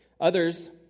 Others